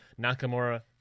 Nakamura